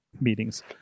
meetings